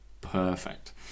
perfect